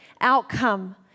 outcome